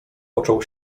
począł